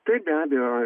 taip be abejo